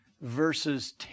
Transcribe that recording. verses